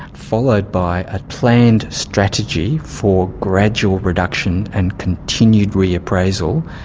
followed by a planned strategy for gradual reduction and continued reappraisal,